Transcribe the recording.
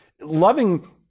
Loving